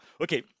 Okay